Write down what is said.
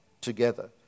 together